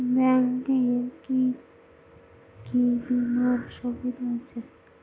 Bank এ কি কী বীমার সুবিধা আছে?